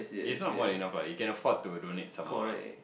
is not more than enough lah you can afford to donate some more ah